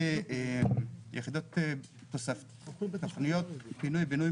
מבחינת תוכניות פינוי בינוי